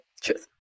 truth